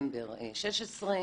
בנובמבר 16',